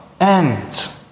end